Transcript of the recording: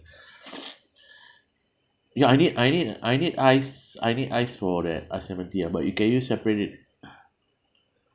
ya I need I need I need ice I need ice for that iced lemon tea ah but you can you separate it